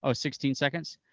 ah sixteen seconds.